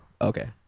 Okay